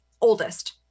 oldest